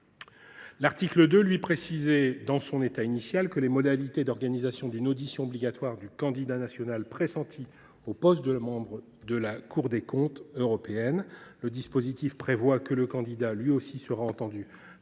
L’article 2, dans son état initial, précisait les modalités d’organisation d’une audition obligatoire du candidat national pressenti au poste de membre de la Cour des comptes européenne. Le dispositif prévoit que le candidat sera entendu